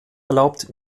erlaubt